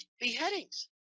beheadings